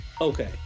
Okay